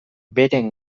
bere